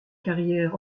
carrière